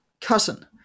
cousin